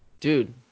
Dude